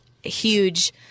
Huge